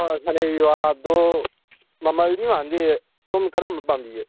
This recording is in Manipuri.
ꯁꯅꯩꯕꯤ ꯋꯥꯗꯣ ꯃꯃꯟꯗꯤ ꯃꯥꯟꯅꯗꯦ ꯁꯣꯝ ꯀꯔꯝꯕ ꯄꯥꯝꯕꯤꯒꯦ